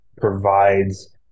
provides